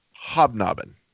Hobnobbing